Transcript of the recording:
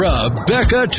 Rebecca